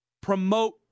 Promote